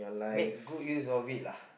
make good use of it lah